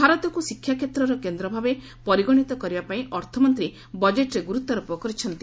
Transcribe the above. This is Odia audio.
ଭାରତକୁ ଶିକ୍ଷା କେତ୍ରର କେନ୍ଦ ଭାବେ ପରିଗଣିତ କରିବା ପାଇଁ ଅର୍ଥମନ୍ତୀ ବଜେଟ୍ରେ ଗୁରୁତ୍ୱାରୋପ କରିଛନ୍ତି